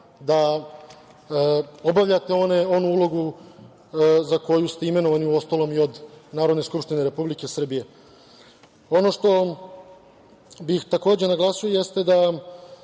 da obavljate onu ulogu za koju ste imenovani uostalom i od Narodne skupštine Republike Srbije. Ono što bih takođe naglasio jeste da